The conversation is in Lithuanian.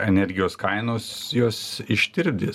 energijos kainos jos ištirpdys